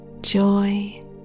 joy